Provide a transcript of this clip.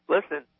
Listen